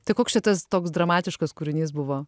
tai koks čia tas toks dramatiškas kūrinys buvo